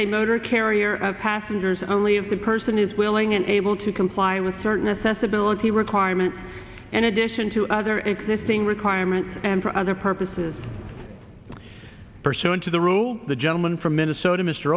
a motor carrier passengers only if the person is willing and able to comply with certain a sensibility requirement in addition to other existing requirements and for other purposes pursuant to the rule the gentleman from minnesota m